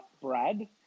Brad